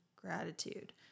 gratitude